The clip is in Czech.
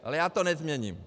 Ale já to nezměním.